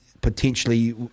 potentially